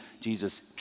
Jesus